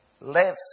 live